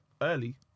early